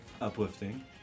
uplifting